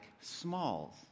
Smalls